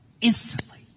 Instantly